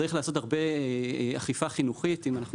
צריך לעשות הרבה אכיפה חינוכית אם אנחנו